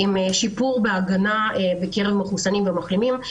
עם שיפור בהגנה בקרב מחוסנים ומחלימים,